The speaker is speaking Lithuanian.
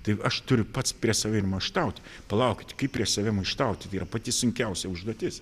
tai aš turiu pats prieš save ir maištauti palaukit kaip prieš save maištauti tai yra pati sunkiausia užduotis